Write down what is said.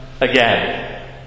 again